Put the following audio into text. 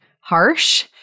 harsh